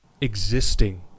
existing